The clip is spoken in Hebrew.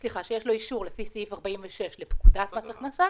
אישור לעניין סעיף 46 לפקודת מס הכנסה